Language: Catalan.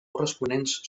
corresponents